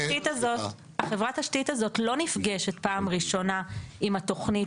חברת התשתית הזאת לא נפגשת פעם ראשונה עם התוכנית